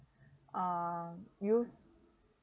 uh use